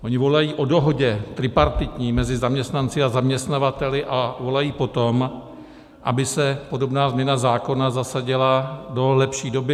Oni volají po dohodě, tripartitní, mezi zaměstnanci a zaměstnavateli a volají po tom, aby se podobná změna zákona zasadila do lepší doby.